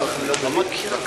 שנים, ושאלנו מי צריך להחליט.